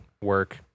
work